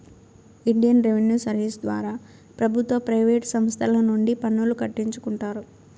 Indian revenue service ద్వారా ప్రభుత్వ private సంస్తల నుండి పన్నులు కట్టించుకుంటారు